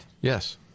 Yes